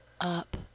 up